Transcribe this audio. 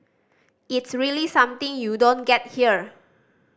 it's really something you don't get here